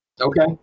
Okay